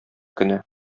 көне